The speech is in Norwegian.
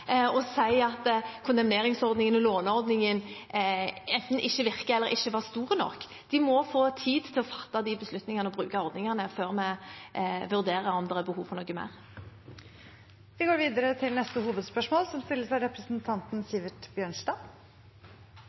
å si at kondemneringsordningen og låneordningen enten ikke virker eller ikke var stor nok. Man må få tid til å fatte beslutninger og bruke ordningene før vi vurderer om det er behov for noe mer. Vi går videre til neste hovedspørsmål.